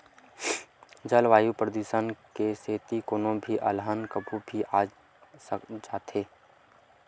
जलवायु परिवर्तन के सेती कोनो भी अलहन कभू भी आ जाथे